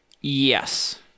Yes